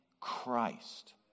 Christ